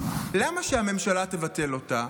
למה שהממשלה תבטל אותה,